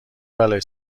بلایی